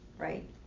right